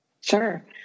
Sure